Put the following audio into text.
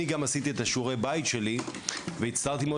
אני גם עשיתי את שיעורי הבית שלי והצטערתי מאוד